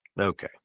Okay